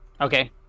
Okay